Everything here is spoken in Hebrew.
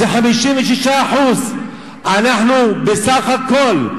זה 56%. בסך הכול,